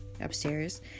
upstairs